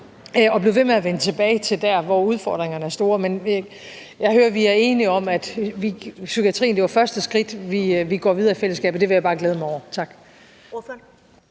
og blive ved med at vende tilbage til der, hvor udfordringerne er store. Men jeg hører, at vi er enige om, at det var det første skridt, hvad angår psykiatrien, og at vi går videre i fællesskab, og det vil jeg bare glæde mig over. Tak.